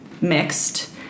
mixed